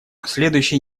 следующие